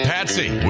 Patsy